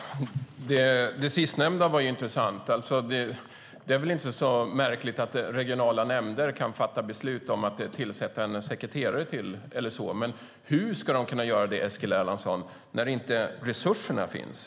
Herr talman! Det sistnämnda var intressant. Det är väl inte så märkligt att regionala nämnder kan fatta beslut om att tillsätta ännu en sekreterare eller liknande, men hur ska de kunna göra detta, Eskil Erlandsson, när resurserna saknas?